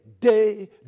day